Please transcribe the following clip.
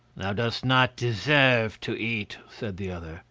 thou dost not deserve to eat, said the other.